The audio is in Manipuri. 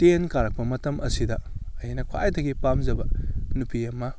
ꯇꯦꯟ ꯀꯥꯔꯛꯄ ꯃꯇꯝ ꯑꯁꯤꯗ ꯑꯩꯅ ꯈ꯭ꯋꯥꯏꯗꯒꯤ ꯄꯥꯝꯖꯕ ꯅꯨꯄꯤ ꯑꯃ